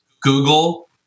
Google